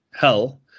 hell